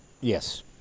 Yes